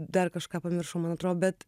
dar kažką pamiršau man atrodo bet